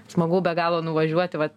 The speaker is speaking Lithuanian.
smagu be galo nuvažiuoti vat